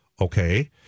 Okay